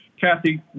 Kathy